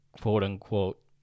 quote-unquote